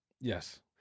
Yes